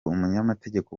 umunyamategeko